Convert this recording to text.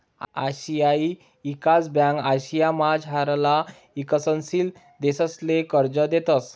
आशियाई ईकास ब्यांक आशियामझारला ईकसनशील देशसले कर्ज देतंस